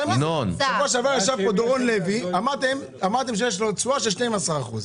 שבוע שעבר ישב פה דורון לוי אמרתם שיש לו תשואה של 12 אחוז,